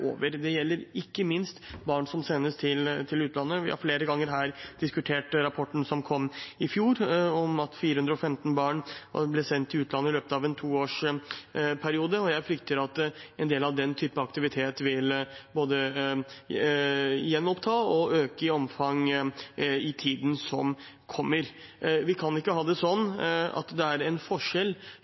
har flere ganger her diskutert rapporten som kom i fjor, om at 415 barn ble sendt til utlandet i løpet av en toårsperiode, og jeg frykter at en del av den type aktivitet vil både gjenopptas og øke i omfang i tiden som kommer. Vi kan ikke ha det sånn at det er en forskjell